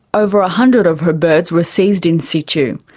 over a hundred of her birds were seized in situ.